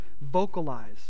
vocalize